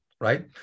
right